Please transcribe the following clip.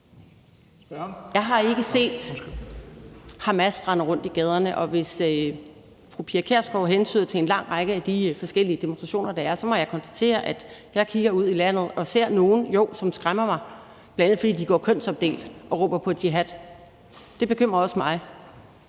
Jeg har ikke set Hamas rende rundt i gaderne, og hvis fru Pia Kjærsgaard hentyder til den lange række forskellige demonstrationer, der har været, så må jeg konstatere, at jeg, når jeg kigger ud i landet, kan se nogle, som skræmmer mig, bl.a. fordi de går kønsopdelt og råber på jihad. Så det bekymrer også mig.